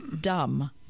dumb